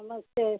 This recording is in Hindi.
नमस्ते